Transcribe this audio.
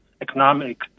economic